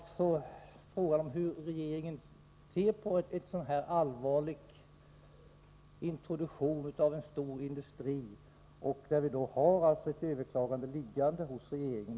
Frågan var hur regeringen ser på denna allvarliga introduktion av en stor industri, där ett överklagande nu alltså ligger hos regeringen.